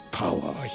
power